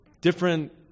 different